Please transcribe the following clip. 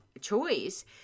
choice